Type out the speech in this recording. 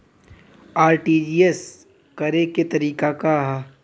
RTGS करे के तरीका का हैं?